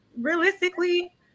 realistically